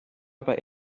aber